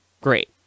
great